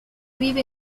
vive